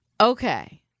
okay